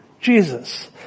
Jesus